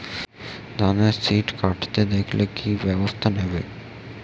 ধানের শিষ কাটতে দেখালে কি ব্যবস্থা নেব?